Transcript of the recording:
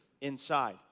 inside